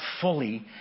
fully